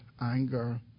anger